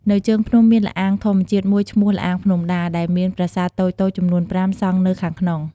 នៅជើងភ្នំមានល្អាងធម្មជាតិមួយឈ្មោះ ល្អាងភ្នំដា ដែលមានប្រាសាទតូចៗចំនួន ៥ សង់នៅខាងក្នុង។